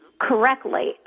correctly